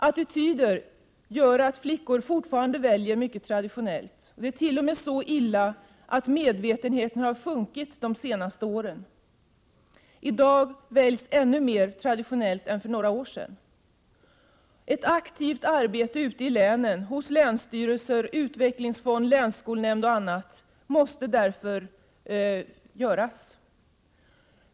Attityder gör att flickor fortfarande väljer mycket traditionellt. Det är t. 0. m. så illa att medvetenheten har sjunkit de senaste åren. I dag väljs ännu mer traditionellt än för några år sedan. Ett aktivt arbete ute i länen hos länsstyrelser, utvecklingsfonder, länsskolnämnder måste därför utföras.